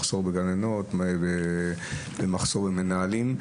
המחסור בגננות והמחסור במנהלים.